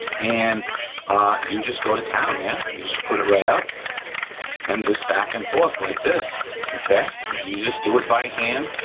and you just go to town, man. you just put it right up and just back and forth like this, okay? you just do it by hand,